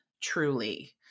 truly